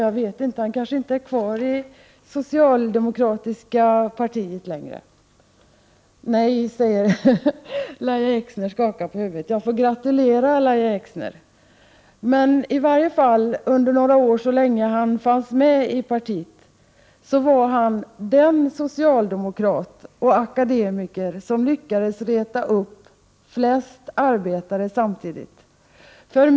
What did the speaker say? Carl Hamilton kanske inte är kvar i socialdemokratiska partiet längre — Lahja Exner skakar på huvudet; i så fall får jag gratulera er, Lahja Exner — men så länge han fanns med i partiet var han i alla fall den socialdemokrat och akademiker som lyckades reta upp flest arbetare samtidigt.